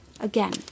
Again